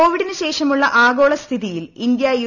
കോവിഡിന് ശേഷമുള്ള ആഗോള സ്ഥിതിയിൽ ഇന്ത്യ യു